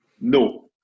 No